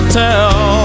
tell